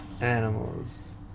Animals